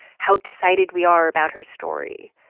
how excited we are about her story.